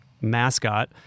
mascot